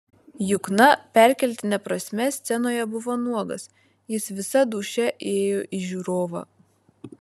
jukna perkeltine prasme scenoje buvo nuogas jis visa dūšia ėjo į žiūrovą